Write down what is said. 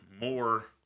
more